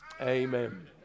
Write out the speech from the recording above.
Amen